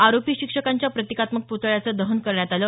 आरोपी शिक्षकांच्या प्रतिकात्मक पुतळ्यांचं दहन करण्यात आलं